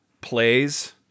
plays